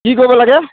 কি কৰিব লাগে